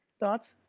thoughts?